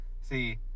see